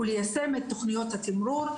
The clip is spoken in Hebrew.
וליישם את תוכניות התמרור,